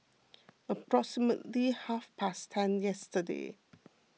approximately half past ten yesterday